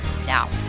Now